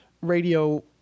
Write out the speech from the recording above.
radio